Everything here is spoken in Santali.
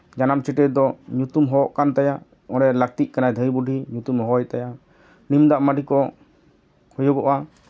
ᱡᱟᱱᱟᱢ ᱪᱷᱟᱹᱴᱭᱟᱹᱨ ᱫᱚ ᱧᱩᱛᱩᱢ ᱦᱚᱦᱚ ᱠᱟᱱ ᱛᱟᱭᱟ ᱚᱸᱰᱮ ᱞᱟᱹᱠᱛᱤᱜ ᱠᱟᱱᱟᱭ ᱫᱷᱟᱹᱭ ᱵᱩᱰᱷᱤ ᱧᱩᱛᱩᱢᱮ ᱦᱚᱦᱚᱭ ᱛᱟᱭᱟ ᱱᱤᱢᱫᱟᱜ ᱢᱟᱹᱰᱤ ᱠᱚ ᱦᱩᱭᱩᱜᱚᱜᱼᱟ